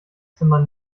zimmer